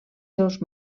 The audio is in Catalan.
seus